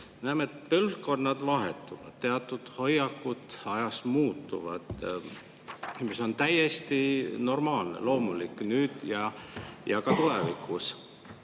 näeme, et põlvkonnad vahetuvad, teatud hoiakud ajas muutuvad, mis on täiesti normaalne, loomulik nüüd ja ka tulevikus.